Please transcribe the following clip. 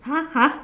!huh! !huh!